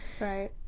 Right